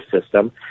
system